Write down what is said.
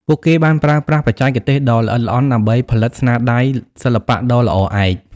ពួកគេបានប្រើប្រាស់បច្ចេកទេសដ៏ល្អិតល្អន់ដើម្បីផលិតស្នាដៃសិល្បៈដ៏ល្អឯក។